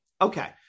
Okay